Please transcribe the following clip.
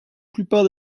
plupart